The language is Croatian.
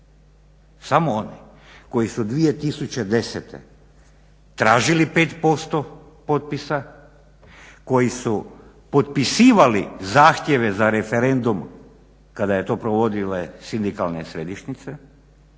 samo oni koji su 2010. tražili 5% potpisa, koji su potpisivali zahtjeve za referendum kada su to provodile sindikalne središnjice,